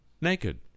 naked